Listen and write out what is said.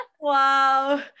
Wow